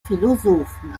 philosophen